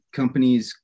companies